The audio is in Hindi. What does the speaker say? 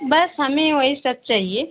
बस हमें वही सब चाहिए